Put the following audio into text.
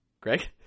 Greg